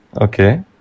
Okay